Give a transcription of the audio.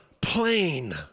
plain